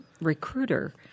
recruiter